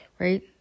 Right